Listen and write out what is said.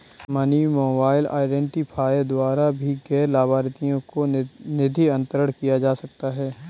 money mobile identifier द्वारा भी गैर लाभार्थी को निधि अंतरण किया जा सकता है